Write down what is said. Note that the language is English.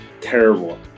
Terrible